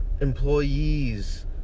employees